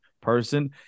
person